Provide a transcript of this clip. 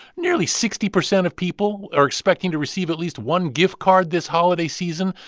nearly sixty percent of people are expecting to receive at least one gift card this holiday season.